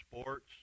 sports